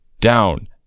down